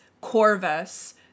corvus